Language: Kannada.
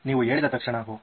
ನೀವು ಹೇಳಿದ ತಕ್ಷಣ ಓಹ್